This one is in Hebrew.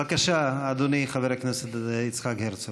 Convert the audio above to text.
בבקשה, אדוני, חבר הכנסת יצחק הרצוג.